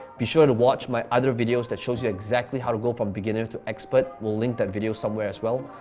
be sure to watch my other videos that shows you exactly how to go from beginner to expert. we'll link that video somewhere as well.